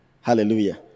Hallelujah